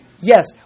yes